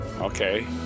Okay